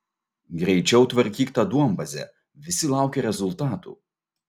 greičiau tvarkyk tą duombazę visi laukia rezultatų